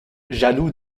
jaloux